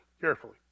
carefully